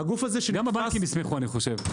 גם הבנקים ישמחו אני חושב.